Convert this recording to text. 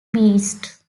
beasts